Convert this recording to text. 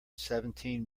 seventeen